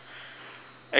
actually